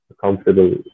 comfortable